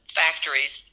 factories